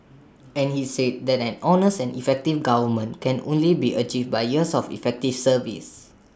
and he said that an honest and effective government can only be achieved by years of effective service